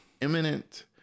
imminent